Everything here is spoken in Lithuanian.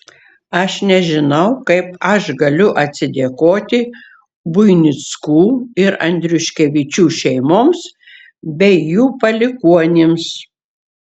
aš nežinau kaip aš galiu atsidėkoti buinickų ir andriuškevičių šeimoms bei jų palikuonims